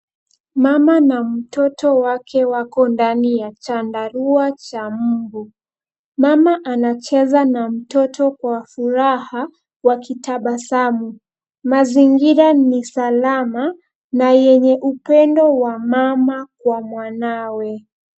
Mama na mtoto wake wako ndani ya chandarua cha mbu. Mama anacheza na mtoto kwa furaha wakitabasamu. Mazingira ni salama na yenye upendo wa mama kwa mwanawe.